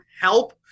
help